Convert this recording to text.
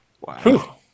Wow